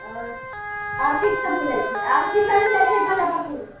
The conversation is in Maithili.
आओर आओर की सभ मिलैत छै आओर की सभ मिलैत छै मजफ्फरपुरमे